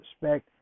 respect